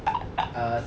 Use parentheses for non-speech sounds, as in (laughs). (laughs)